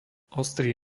ostrý